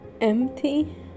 empty